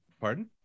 pardon